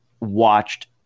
watched